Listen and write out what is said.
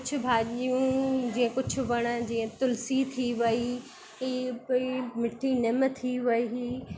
कुझु भाॼियूं या कुझु वण जीअं तुलसी थी वई मिठी निम थी वई